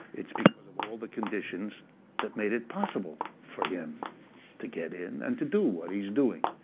it's because of all the conditions that made it possible for him to get in and to do what he's doing.